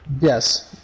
Yes